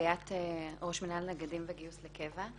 אני ליאת, ראש מנהל נגדים וגיוס לקבע.